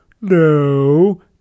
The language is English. No